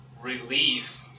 relief